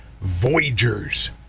Voyagers